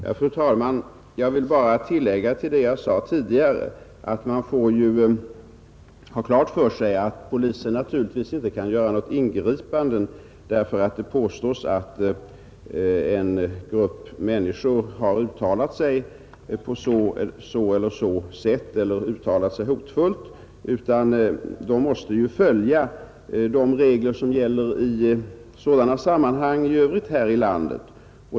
Fru talman! Jag vill bara tillägga till det jag sade tidigare att polisen naturligtvis inte kan göra något ingripande för att det påstås att en grupp människor uttalat sig hotfullt, utan polisen måste följa de regler som gäller i sådana sammanhang i övrigt här i landet.